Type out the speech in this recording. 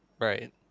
Right